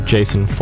Jason